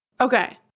Okay